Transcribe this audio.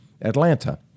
Atlanta